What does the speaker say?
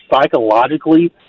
psychologically